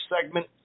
segment